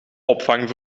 opvang